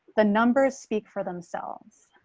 the numbers speak for themselves.